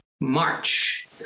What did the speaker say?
March